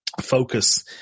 focus